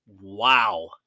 Wow